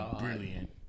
brilliant